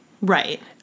Right